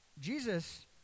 Jesus